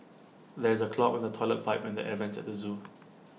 there is A clog in the Toilet Pipe and the air Vents at the Zoo